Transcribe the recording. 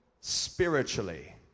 spiritually